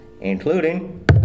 including